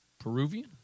Peruvian